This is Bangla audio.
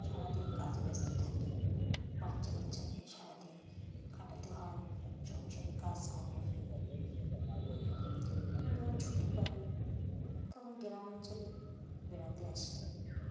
সারাদিন কাজে ব্যস্ত থাকি বাচ্চা কাচ্চা নিয়ে সারাদিন কাটাতে হয় সংসারে কাজকর্ম নিয়ে আমি যখন ছুটি পাই তখন গ্রাম অঞ্চলে বেড়াতে আসি